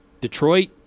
Detroit